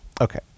okay